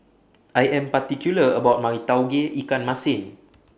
I Am particular about My Tauge Ikan Masin